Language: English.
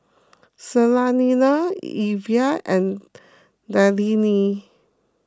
Salina Elvie and Darlene